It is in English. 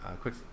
quick